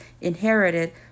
inherited